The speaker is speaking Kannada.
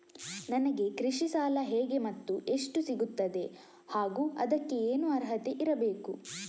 ನನಗೆ ಕೃಷಿ ಸಾಲ ಹೇಗೆ ಮತ್ತು ಎಷ್ಟು ಸಿಗುತ್ತದೆ ಹಾಗೂ ಅದಕ್ಕೆ ಏನು ಅರ್ಹತೆ ಇರಬೇಕು?